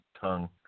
tongue